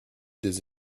des